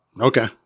Okay